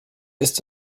ist